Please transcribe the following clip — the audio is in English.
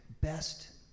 best